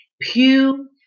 Pew